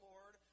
Lord